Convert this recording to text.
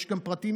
יש הרבה,